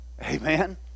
Amen